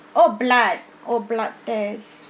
oh blood oh blood test